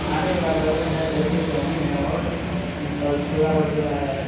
खाने वाला बर्गर है जैसे चाउमीन है और सब छोला भटूरा है